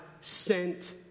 sent